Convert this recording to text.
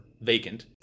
vacant